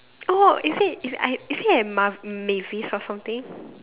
oh is it is I is it at ma~ Mavis or something